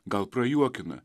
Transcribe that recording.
gal prajuokina